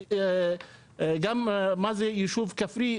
גם מה זה יישוב כפרי,